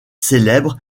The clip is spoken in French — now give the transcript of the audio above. célèbre